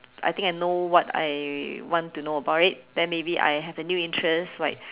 I think I know what I want to know about it then maybe I have a new interest like